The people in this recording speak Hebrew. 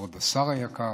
כבוד השר היקר,